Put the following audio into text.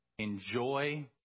Enjoy